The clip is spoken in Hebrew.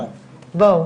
בואו,